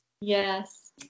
Yes